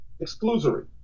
exclusory